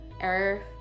error